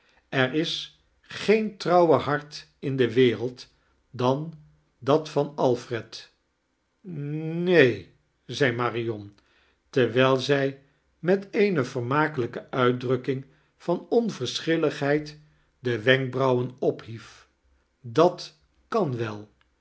er is geen trouwer hart in de wereld dan dat van alfred ne en zei marion terwijl zij met eene vermakelijke uitdrukking van onverschilligheid de wenkbrauwen ophief dat kan wel